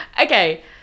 okay